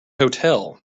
hotel